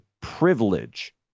privilege